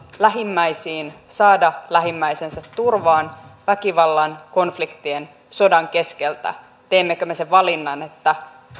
lähimmäisiin saada lähimmäisensä turvaan väkivallan konfliktien sodan keskeltä teemmekö me sen valinnan että